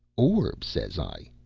orb? says i.